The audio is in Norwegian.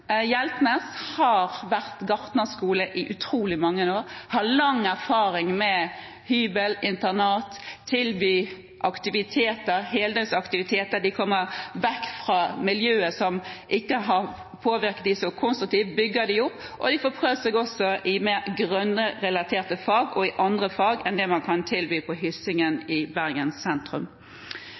Hjeltnes har vært gartnerskole i utrolig mange år, har lang erfaring med hybel, internat, det å tilby heldøgnsaktiviteter. Ungdommene kommer vekk fra miljøet som ikke har påvirket dem så konstruktivt, de bygges opp. Ungdommene får også prøve seg i mer grønn-relaterte fag og i andre fag enn det man kan tilby på Hyssingen i Bergen sentrum.